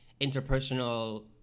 interpersonal